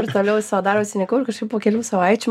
ir toliau sau darosi nyku ir kažkaip po kelių savaičių